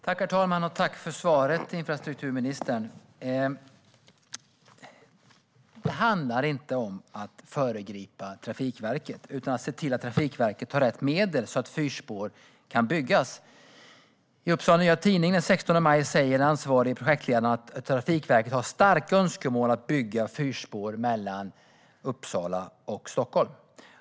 Herr talman! Tack för svaret, infrastrukturministern! Detta handlar inte om att föregripa Trafikverket utan om att se till att Trafikverket har rätt medel så att fyrspår kan byggas. I Upsala Nya Tidning den 16 maj säger den ansvariga projektledaren att Trafikverket har starka önskemål om att bygga fyrspår mellan Uppsala och Stockholm.